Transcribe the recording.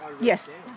yes